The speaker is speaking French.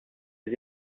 les